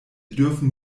dürfen